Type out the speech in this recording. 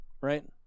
right